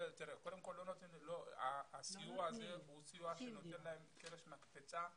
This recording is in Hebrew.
קודם כל, הסיוע הזה הוא סיוע שנותן להם קרש מקפצה,